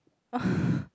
oh